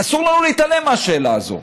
אסור לנו להתעלם מהשאלה הזאת.